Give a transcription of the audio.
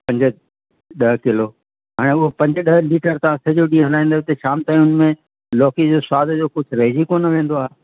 पंज ॾह किलो हाणे उहो पंज ॾह बीकर तव्हां सॼो ॾींहं हलाईंदव त शाम ताईं हुन में लौकी जे सवाद जो कुझु रहिजी कोन वेंदो आहे